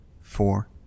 four